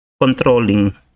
controlling